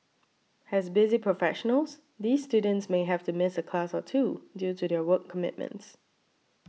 as busy professionals these students may have to miss a class or two due to their work commitments